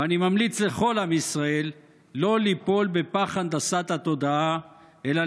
ואני ממליץ לכל עם ישראל לא ליפול בפח הנדסת התודעה אלא